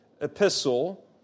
epistle